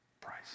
price